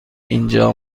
اینجا